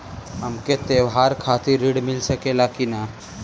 हमके त्योहार खातिर त्रण मिल सकला कि ना?